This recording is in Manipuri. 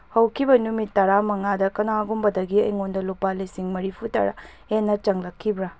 ꯍꯧꯈꯤꯕ ꯅꯨꯃꯤꯠ ꯇꯔꯥꯃꯉꯥꯗ ꯀꯅꯥꯒꯨꯝꯕꯗꯒꯤ ꯑꯩꯉꯣꯟꯗ ꯂꯨꯄꯥ ꯂꯤꯁꯤꯡ ꯃꯔꯤꯐꯨꯇꯔꯥ ꯍꯦꯟꯅ ꯆꯪꯂꯛꯈꯤꯕ꯭ꯔ